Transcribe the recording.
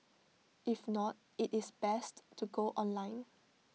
if not IT is best to go online